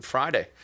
Friday